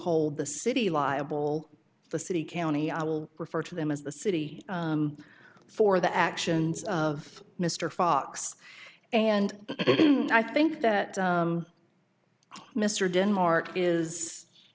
hold the city liable the city county i will refer to them as the city for the actions of mr fox and i think that mr denmark is